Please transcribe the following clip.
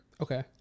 Okay